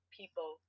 people